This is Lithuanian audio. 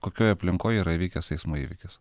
kokioj aplinkoj yra įvykęs eismo įvykis